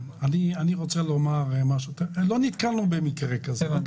לא נתקלנו במקרה כזה.